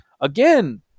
again